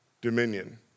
dominion